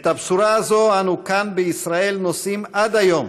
את הבשורה הזאת אנו כאן בישראל נושאים עד היום